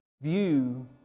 view